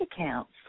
accounts